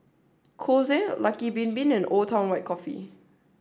Kose Lucky Bin Bin and Old Town White Coffee